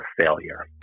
failure